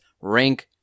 Rank